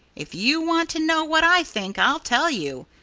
if you want to know what i think, i'll tell you.